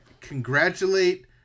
Congratulate